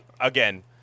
again